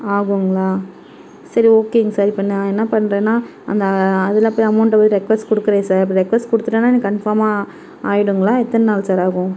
ஆகுங்களா சரி ஓகேங்க சார் இப்போ நான் என்ன பண்ணுறேன்னா அந்த அதில் போய் அமௌண்ட்டை போய் ரெக்வஸ்ட் கொடுக்குறேன் சார் அப்படி ரெக்வஸ்ட் கொடுத்துட்டேன்னா எனக்கு கன்ஃபார்மாக ஆகிடுங்களா எத்தனை நாள் சார் ஆகும்